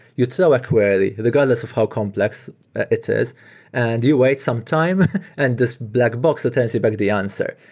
you tell a query, regardless of how complex it is and you wait some time and this black box that tells you back the answer.